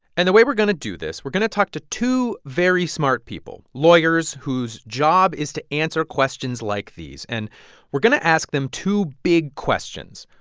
and the way we're going to do this we're going to talk to two very smart people, lawyers whose job is to answer questions like these. and we're going to ask them two big questions.